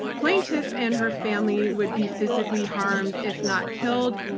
plaintiff and her family would be physically harmed if not killed.